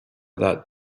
that